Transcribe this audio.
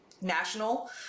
national